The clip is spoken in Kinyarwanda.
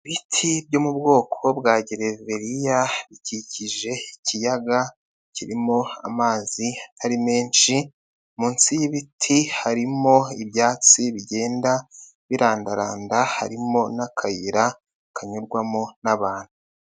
Ibiti byo mu bwoko bwa gereveriya bikikije ikiyaga kirimo amazi ari menshi, munsi y'ibiti harimo ibyatsi bigenda birandaranda harimo n'akayira kanyurwamo n'abantu.